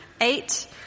Eight